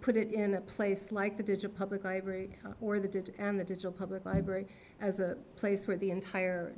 put it in a place like the digit public library or the did and the digital public library as a place where the entire